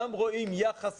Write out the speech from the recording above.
גם רואים יחס